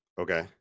Okay